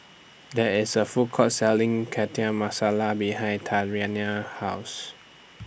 There IS A Food Court Selling Chana Masala behind Tatianna's House